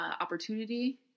opportunity